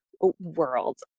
world